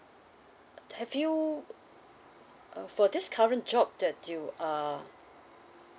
have you err for this current job that you are